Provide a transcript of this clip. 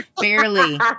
barely